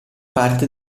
parte